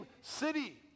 city